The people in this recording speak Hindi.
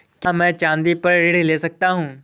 क्या मैं चाँदी पर ऋण ले सकता हूँ?